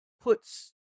puts